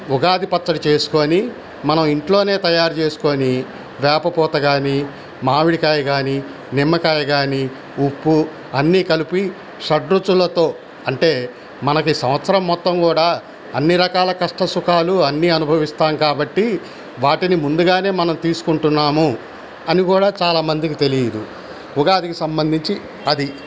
ఉగాది పచ్చడి చేసుకొని మనం ఇంట్లోనే తయారు చేసుకొని వేపపూత గానీ మామిడికాయ గానీ నిమ్మకాయ గానీ ఉప్పు అన్ని కలిపి షడ్రుచులతో అంటే మనకి సంవత్సరం మొత్తం కూడా అన్ని రకాల కష్టసుఖాలు అన్నీ అనుభవిస్తాం కాబట్టి వాటిని ముందుగానే మనం తీసుకుంటున్నాము అని కూడా చాలా మందికి తెలీదు ఉగాదికి సంబంధించి అది